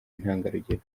intangarugero